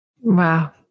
Wow